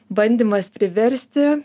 bandymas priversti